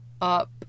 Up